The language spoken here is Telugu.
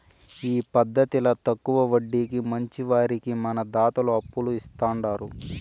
ఈ పద్దతిల తక్కవ వడ్డీకి మంచివారికి మన దాతలు అప్పులు ఇస్తాండారు